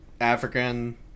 African